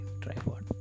tripod